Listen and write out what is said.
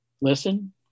listen